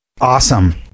awesome